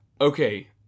Okay